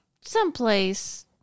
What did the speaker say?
Someplace